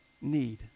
need